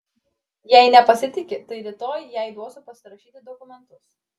jei nepasitiki tai rytoj jai duosiu pasirašyti dokumentus